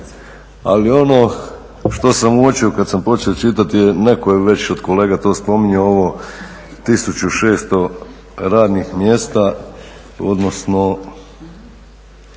Ali ono što sam uočio kada sam počeo čitati je, netko je već od kolega to spominjao ovo 1600 radnih mjesta odnosno